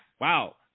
Wow